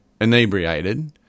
Inebriated